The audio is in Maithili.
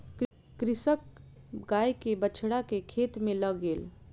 कृषक गाय के बछड़ा के खेत में लअ गेल